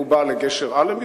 הוא בא לגשר אלנבי,